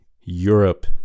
Europe